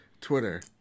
Twitter